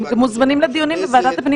הם גם מוזמנים לדיונים בוועדת הפנים